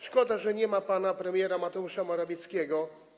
Szkoda, że nie ma pana premiera Mateusza Morawieckiego.